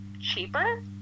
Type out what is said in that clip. cheaper